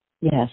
yes